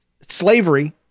slavery